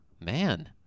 Man